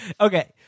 Okay